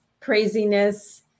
craziness